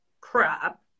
crap